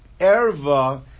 erva